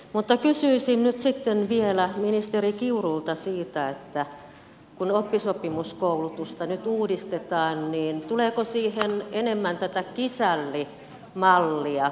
mutta kysyisin nyt sitten vielä ministeri kiurulta siitä että kun oppisopimuskoulutusta nyt uudistetaan niin tuleeko siihen enemmän tätä kisällimallia